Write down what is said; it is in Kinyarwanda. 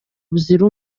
buzira